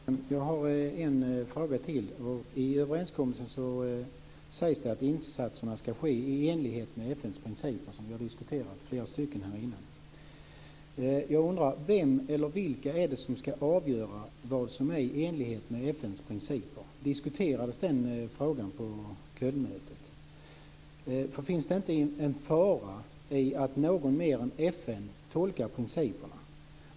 Fru talman! Jag har en fråga till. I överenskommelsen sägs det att insatserna skall ske i enlighet med FN:s principer, som vi har diskuterat här innan. Jag undrar vem eller vilka som skall avgöra vad som är i enlighet med FN:s principer. Diskuterades den frågan på Kölnmötet? Finns det inte en fara i att någon mer än FN tolkar principerna?